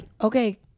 okay